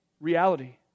reality